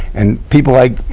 and people like